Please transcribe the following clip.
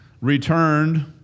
returned